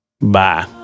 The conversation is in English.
Bye